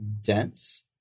dense